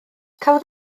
cafodd